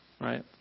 Right